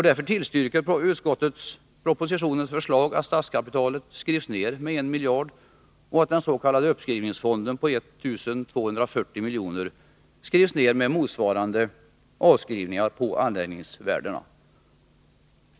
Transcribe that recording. Därför tillstyrker utskottet propositionens förslag att statskapitalet skrivs ned med 1 miljard och att den s.k. uppskrivningsfonden på 1240 milj.kr. skrivs ned med motsvarande avskrivningar på anläggningsvärdena.